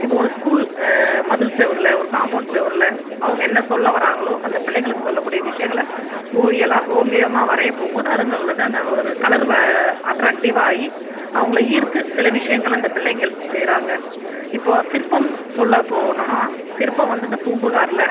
இப்போ ஒரு ஸ்கூல் மதில் சுவருல ஒரு காம்பவுண்ட் சுவருல அவங்க என்ன சொல்ல வராங்களோ அந்த பிள்ளைங்களுக்கு சொல்லக்கூடிய விஷயங்களை ஓவியலா ஓவியமாக வரைய போகும்போது அவங்க அதிலருந்து அந்த ஒரு கலர் அட்ராக்டிவ்வாகி அவங்களை ஈர்த்து சில விஷயங்களை அந்த பிள்ளைங்கள் செய்கிறாங்க இப்போ சிற்பம் சொல்ல போனோம்னால் சிற்பம் வந்து இந்த பூம்புகாரில்